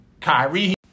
Kyrie